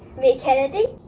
may kennedy,